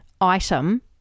item